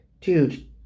dude